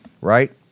right